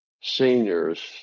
seniors